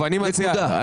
נקודה.